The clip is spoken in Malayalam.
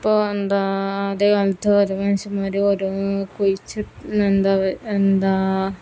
അപ്പോൾ എന്താ ആദ്യ കാലത്ത് ഒരു മനുഷ്യന്മാർ ഓരോ കുഴിച്ചി എന്താ എന്താ